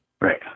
Right